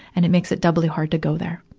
and it makes it doubly hard to go there,